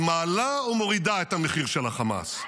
היא מעלה או מורידה את המחיר של החמאס?